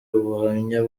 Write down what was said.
ubuhamya